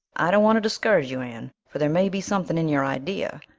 i don't want to discourage you, anne, for there may be something in your idea,